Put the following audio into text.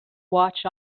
watch